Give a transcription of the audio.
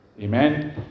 Amen